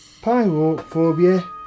Pyrophobia